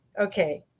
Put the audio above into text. Okay